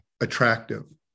attractive